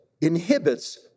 inhibits